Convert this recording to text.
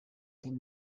den